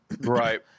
Right